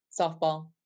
softball